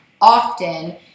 often